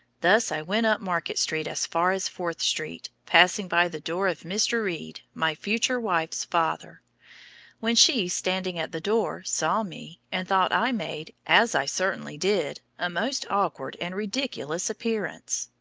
thus i went up market street as far as fourth street, passing by the door of mr. reed, my future wife's father when she, standing at the door, saw me, and thought i made, as i certainly did, a most awkward and ridiculous appearance.